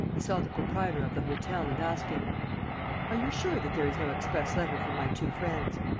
he saw the proprietor of the hotel and asked him are you sure that there is no express letter for my two friends?